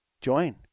join